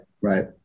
Right